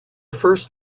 first